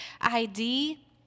ID